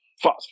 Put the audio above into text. fast